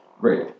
great